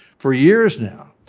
for years now,